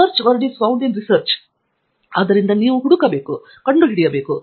ಆದ್ದರಿಂದ ನೀವು ಹುಡುಕಬೇಕು ಮತ್ತು ಕಂಡುಹಿಡಿಯಬೇಕು